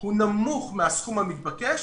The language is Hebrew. הוא נמוך מהסכום המתבקש,